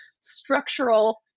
structural